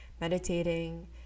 meditating